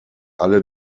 alle